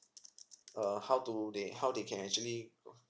err how to they how they can actually